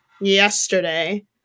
yesterday